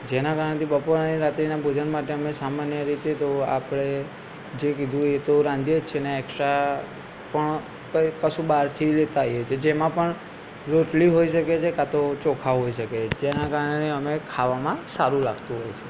જેના કારણથી બપોરના અને રાત્રિના ભોજન માટે અમે સામાન્ય રીતે તો આપણે જે કીધું એ તો રાંધીએ જ છીએ અને એક્સ્ટ્રા પણ કંઈ કશું બહારથી લેતા આવીએ છે જેમાં પણ રોટલી હોઈ શકે છે કાં તો ચોખા હોઈ શકે છે જેના કારણે અમે ખાવામાં સારું લાગતું હોય છે